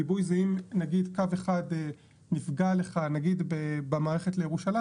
גיבוי זה אם נגיד קו אחד נפגע לך נגיד במערכת לירושלים,